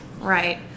right